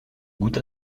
goûte